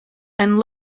and